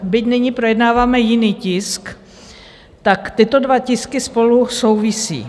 Byť nyní projednáváme jiný tisk, tyto dva tisky spolu souvisí.